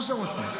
מה שרוצים.